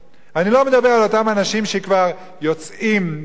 אני לא מדבר על אותם אנשים שכבר יוצאים מהישיבה.